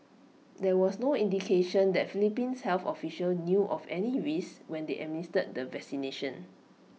there was no indication that Philippines health official knew of any risk when they administered the vaccination